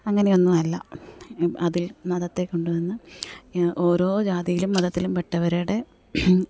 അങ്ങനെ ഒന്നുമില്ല അതിൽ മതത്തെ കൊണ്ടു വന്ന് ഓരോ ജാതിയിലും മതത്തിലും പെട്ടവരുടെ